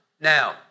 Now